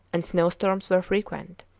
and snowstorms were frequent.